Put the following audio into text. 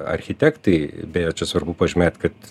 architektai beje čia svarbu pažymėt kad